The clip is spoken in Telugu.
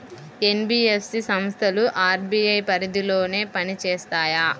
ఎన్.బీ.ఎఫ్.సి సంస్థలు అర్.బీ.ఐ పరిధిలోనే పని చేస్తాయా?